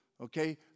Okay